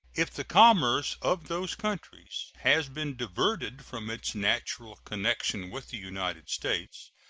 if the commerce of those countries has been diverted from its natural connection with the united states,